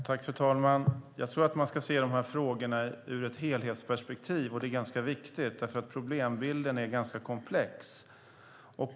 Fru talman! Jag tror att man ska se de här frågorna i ett helhetsperspektiv. Det är viktigt eftersom problembilden är ganska komplex.